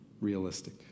realistic